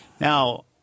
Now